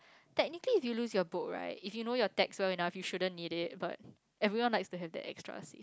technically if you loose your book right if you now your text well enough you shouldn't need it but everyone likes to have that extra safe